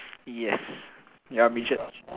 yes you are midget